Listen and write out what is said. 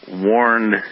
warned